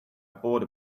bought